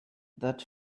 that